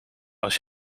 als